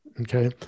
okay